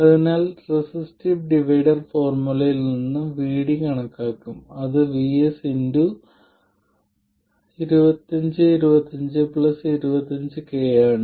അതിനാൽ resistive divider ഫോർമുലയിൽ നിന്ന് VD കണക്കാക്കും അത് Vs 252525k ആണ്